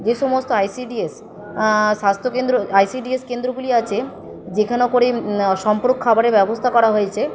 যে সমস্ত আইসিডিএস স্বাস্থ্যকেন্দ্র আইসিডিএস কেন্দ্রগুলি আছে যেখানো করে সম্পূরক খাবারের ব্যবস্থা করা হয়েছে